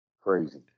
Crazy